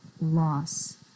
loss